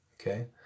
okay